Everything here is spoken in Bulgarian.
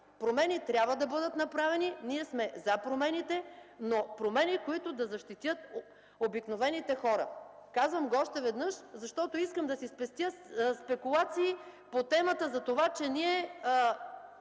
Промени трябва да бъдат направени. Ние сме за промените, но промени, които да защитят обикновените хора. Казвам го още веднъж, защото искам да си спестя спекулации по темата за това, че ние